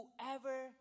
Whoever